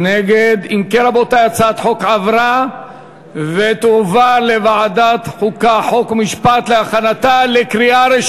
לדיון מוקדם בוועדה שתקבע ועדת הכנסת נתקבלה.